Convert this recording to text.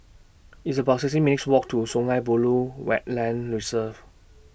It's about sixty minutes' Walk to Sungei Buloh Wetland Reserve